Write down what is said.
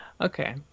Okay